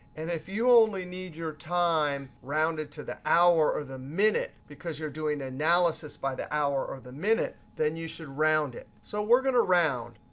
and if you only need your time rounded to the hour or the minute because you're doing analysis by the hour or the minute, then you should round it. so we're going to round.